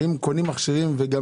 האם קונים מכשירים וגם